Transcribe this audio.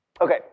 Okay